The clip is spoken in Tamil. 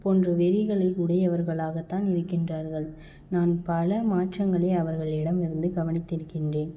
போன்ற வெறிகளை உடையவர்களாக தான் இருக்கின்றார்கள் நான் பல மாற்றங்களை அவர்களிடமிருந்து கவனித்திருக்கின்றேன்